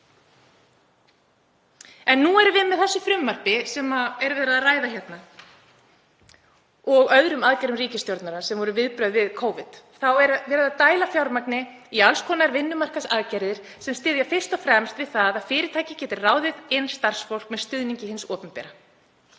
mikið drasl. Með því frumvarpi sem verið er að ræða hérna og öðrum aðgerðum ríkisstjórnarinnar sem voru viðbrögð við Covid, er verið að dæla fjármagni í alls konar vinnumarkaðsaðgerðir sem styðja fyrst og fremst við það að fyrirtæki geti ráðið inn starfsfólk með stuðningi hins opinbera.